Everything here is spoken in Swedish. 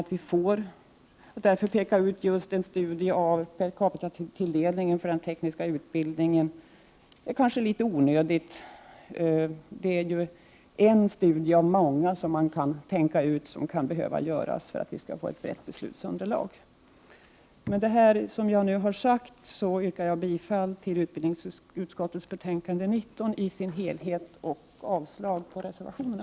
Det är därför kanske litet onödigt att peka ut just en studie av per capita-tilldelningen till tekniska utbildningar. Det är en studie av många som kan behövas för att vi skall få ett bättre beslutsunderlag. Med det jag nu sagt yrkar jag bifall till utbildningsutskottets betänkande 19 i dess helhet och avslag på reservationerna.